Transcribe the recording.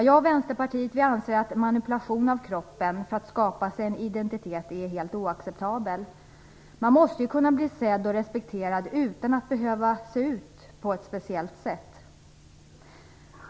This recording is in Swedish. Vi i Vänsterpartiet anser att manipulation av kroppen för att skapa sig en identitet är helt oacceptabelt. Man måste ju kunna bli sedd och respekterad utan att behöva se ut på ett speciellt sätt.